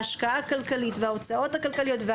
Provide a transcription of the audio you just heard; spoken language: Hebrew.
ההשקעה הכלכלית וההוצאות הכלכליות.